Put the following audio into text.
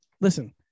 listen